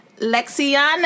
Lexiana